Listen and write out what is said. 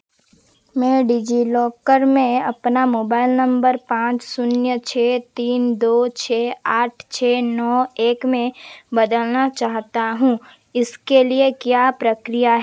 मैं डिजिलॉकर में अपना मोबाइल नंबर पाँच शून्य छः तीन दो छः आठ छः नौ एक में बदलना चाहता हूँ इसके लिए क्या प्रक्रिया